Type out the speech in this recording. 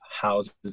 houses